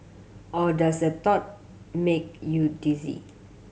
or does that thought make you dizzy